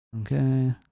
Okay